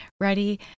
ready